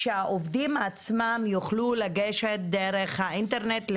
צריך שהעובדים עצמם יוכלו לגשת דרך האינטרנט,